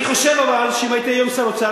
אבל אני חושב שאם הייתי היום שר האוצר,